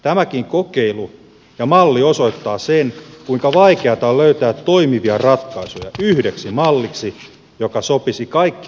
tämäkin kokeilu ja malli osoittaa sen kuinka vaikeata on löytää toimivia ratkaisuja yhdeksi malliksi joka sopisi kaikkialle suomeen